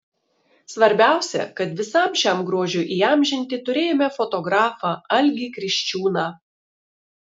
svarbiausia kad visam šiam grožiui įamžinti turėjome fotografą algį kriščiūną